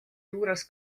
juures